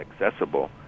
accessible